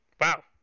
wow